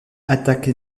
attaque